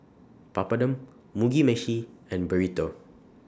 Papadum Mugi Meshi and Burrito